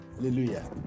Hallelujah